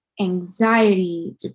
anxiety